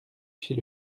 chez